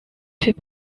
fait